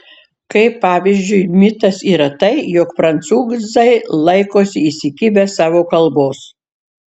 kaip pavyzdžiui mitas yra tai jog prancūzai laikosi įsikibę savo kalbos